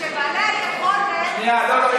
שבעלי היכולת, שנייה, לא, לא.